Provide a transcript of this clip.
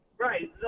right